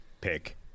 pick